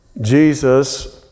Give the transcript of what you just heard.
Jesus